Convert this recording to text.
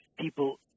people